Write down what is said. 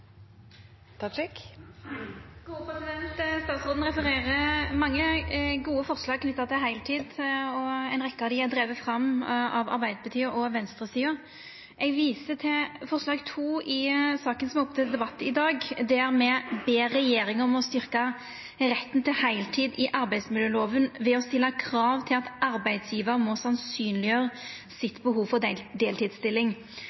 fram av Arbeidarpartiet og venstresida. Eg viser til forslag nr. 2 i saka som er oppe til debatt i dag, der me ber regjeringa om å styrkja retten til heiltid i arbeidsmiljølova ved å stilla krav til at arbeidsgjevaren må